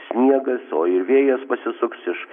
sniegas o ir vėjas pasisuks iš